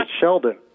Sheldon